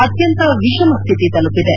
ಅತ್ಯಂತ ವಿಷಮ ಸ್ಥಿತಿ ತಲುಪಿದೆ